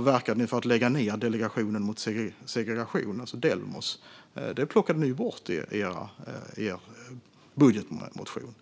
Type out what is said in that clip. verkade ni för att lägga ned Delegationen mot segregation, Delmos. Den plockade ni ju bort i er budgetmotion.